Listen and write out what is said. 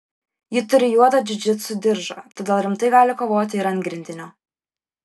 ji turi juodą džiudžitsu diržą todėl rimtai gali kovoti ir ant grindinio